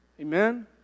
Amen